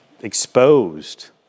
exposed